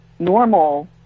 Normal